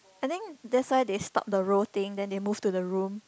I think that's why they stopped the role thing then they moved to the room